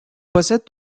possède